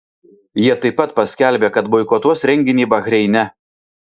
jie taip pat paskelbė kad boikotuos renginį bahreine